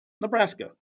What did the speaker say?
Nebraska